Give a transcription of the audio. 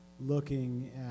looking